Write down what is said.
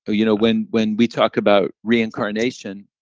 you know, when when we talk about reincarnation,